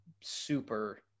super